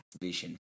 vision